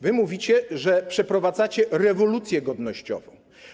Wy mówicie, że przeprowadzacie rewolucję godnościową.